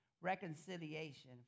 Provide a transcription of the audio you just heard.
reconciliation